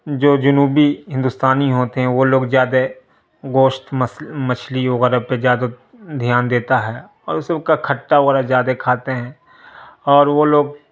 جو جنوبی ہندوستانی ہوتے ہیں وہ لوگ زیادہ گوشت مچھلی وغیرہ پہ زیادہ دھیان دیتا ہے اور او سب کا کھٹا وغیرہ زیادہ کھاتے ہیں اور وہ لوگ